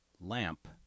LAMP